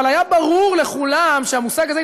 אבל היה ברור לכולם שהמושג הזה,